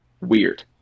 Weird